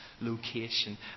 location